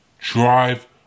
Drive